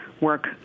work